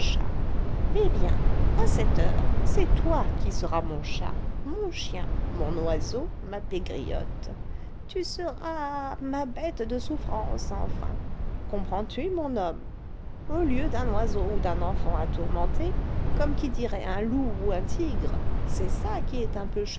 eh bien à cette heure c'est toi qui seras mon chat mon chien mon oiseau ma pégriotte tu seras ma bête de souffrance enfin comprends-tu mon homme au lieu d'un oiseau ou d'un enfant à tourmenter comme qui dirait un loup ou un tigre c'est ça qui est un peu